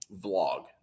vlog